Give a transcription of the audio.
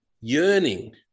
yearning